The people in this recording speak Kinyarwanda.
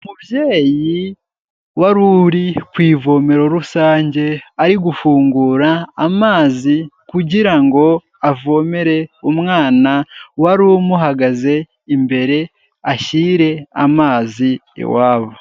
Umubyeyi wari uri ku ivomero rusange ari gufungura amazi kugira ngo avomere umwana wari umuhagaze imbere ashyire amazi iwabo.